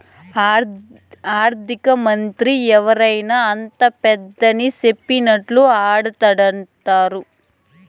ఆర్థికమంత్రి ఎవరైనా అంతా పెదాని సెప్పినట్లా ఆడతండారు